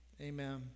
amen